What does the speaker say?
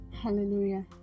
Hallelujah